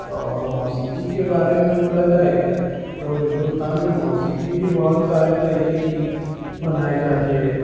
اور موسیقی کے بارے میں بولا جائے تو ہندوستان میں موسیقی بھی بہت سارے طریقے کی بنائی جاتی ہے